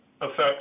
effect